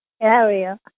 area